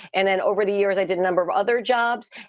and then over the years, i did a number of other jobs.